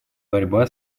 борьба